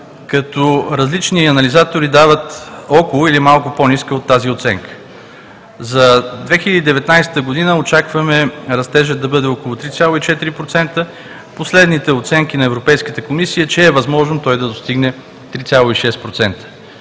като различни анализатори дават около или малко по-ниска от тази оценка. За 2019 г. очакваме растежът да бъде около 3,4%. Последната оценка на Европейската комисия е, че е възможно той да достигне 3,6%,